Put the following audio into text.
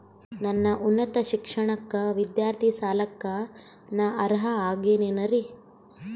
ನನ್ನ ಉನ್ನತ ಶಿಕ್ಷಣಕ್ಕ ವಿದ್ಯಾರ್ಥಿ ಸಾಲಕ್ಕ ನಾ ಅರ್ಹ ಆಗೇನೇನರಿ?